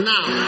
Now